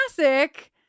classic